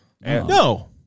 No